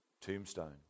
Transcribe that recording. tombstone